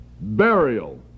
burial